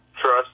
trust